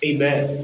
Amen